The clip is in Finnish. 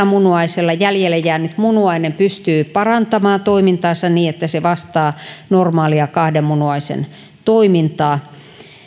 munuaisella jäljelle jäänyt munuainen pystyy parantamaan toimintaansa niin että se vastaa normaalia kahden munuaisen toimintaa